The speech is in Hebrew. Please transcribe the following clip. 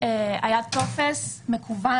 היה טופס מקוון.